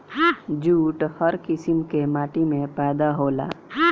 jute हर किसिम के माटी में पैदा होला